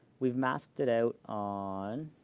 we've masked it out on